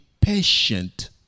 patient